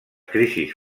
crisis